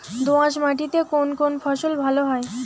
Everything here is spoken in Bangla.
দোঁয়াশ মাটিতে কোন কোন ফসল ভালো হয়?